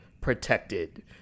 protected